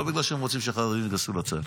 לא בגלל שהם רוצים שהחרדים יתגייסו לצה"ל.